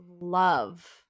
love